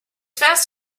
fast